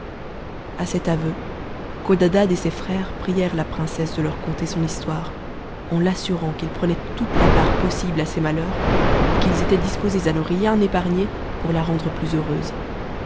a cet aveu codadad et ses frères prièrent la princesse de leur conter son histoire en l'assurant qu'ils prenaient toute la part possible à ses malheurs et qu'ils étaient disposés à ne rien épargner pour la rendre plus heureuse